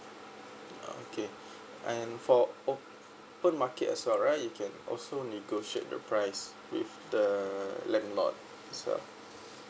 okay and for open market as well right you can also negotiate the price with the landlord as well